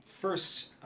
first